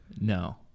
No